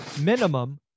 minimum